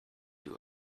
you